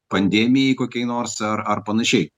pandemijai kokiai nors ar ar panašiai